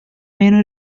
meno